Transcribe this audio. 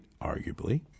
arguably